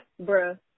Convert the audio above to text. Bruh